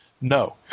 No